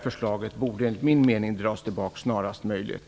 Förslaget borde enligt min mening dras tillbaks snarast möjligt.